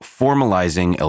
formalizing